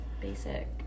basic